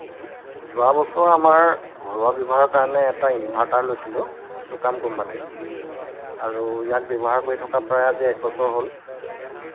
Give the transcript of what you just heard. যোৱা বছৰ আমাৰ ঘৰুৱা ব্যৱহাৰৰ কাৰণে এটা ইনভাৰ্টাৰ লৈছিলোঁ ছোকাম কোম্পানিৰ আৰু ইয়াক ব্যৱহাৰ কৰি থকা প্ৰায় আজি এক বছৰ হ'ল